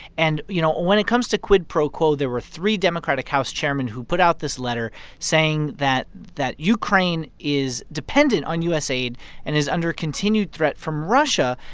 and, you know, when it comes to quid pro quo, there were three democratic house chairmen who put out this letter saying that that ukraine is dependent on u s. aid and is under continued threat from russia.